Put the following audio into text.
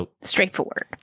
Straightforward